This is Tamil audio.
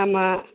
ஆமாம்